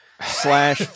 slash